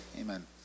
Amen